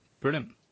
Brilliant